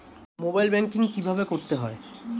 Mobile banking কীভাবে করতে হয়?